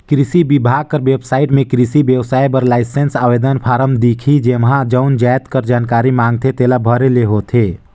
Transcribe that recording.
किरसी बिभाग कर बेबसाइट में किरसी बेवसाय बर लाइसेंस आवेदन फारम दिखही जेम्हां जउन जाएत कर जानकारी मांगथे तेला भरे ले होथे